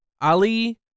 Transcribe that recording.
Ali